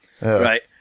Right